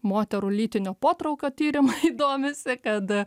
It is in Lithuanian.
moterų lytinio potraukio tyrimai domisi kad